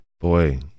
Boy